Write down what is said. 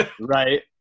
Right